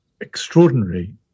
extraordinary